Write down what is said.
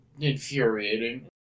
infuriating